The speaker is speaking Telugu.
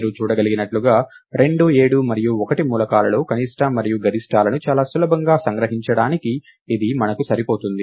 మీరు చూడగలిగినట్లుగా 2 7 మరియు 1 మూలకాలలో కనిష్ట మరియు గరిష్టాలను చాలా సులభంగా సంగ్రహించడానికి ఇది మనకు సరిపోతుంది